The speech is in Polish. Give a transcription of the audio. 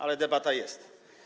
Ale debata jest.